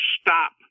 stop